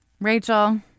Rachel